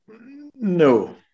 No